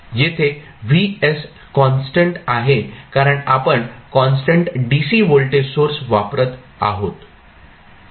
येथे Vs constant आहे कारण आपण कॉन्स्टंट DC व्होल्टेज सोर्स वापरत आहात